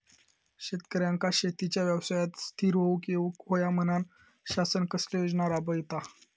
शेतकऱ्यांका शेतीच्या व्यवसायात स्थिर होवुक येऊक होया म्हणान शासन कसले योजना राबयता?